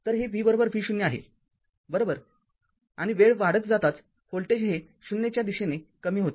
तर हे v v0 आहेबरोबर आणि वेळ वाढत जाताच व्होल्टेज हे ० च्या दिशेने कमी होते